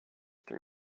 three